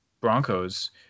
Broncos